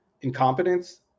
incompetence